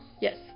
yes